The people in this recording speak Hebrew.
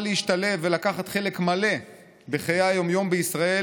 להשתלב ולקחת חלק מלא בחיי היום-יום בישראל,